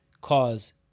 cause